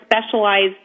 specialized